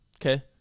Okay